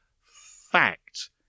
fact